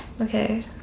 okay